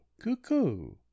cuckoo